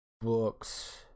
books